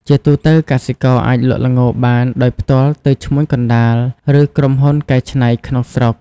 ជាទូទៅ កសិករអាចលក់ល្ងបានដោយផ្ទាល់ទៅឈ្មួញកណ្ដាល ឬក្រុមហ៊ុនកែច្នៃក្នុងស្រុក។